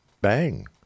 bang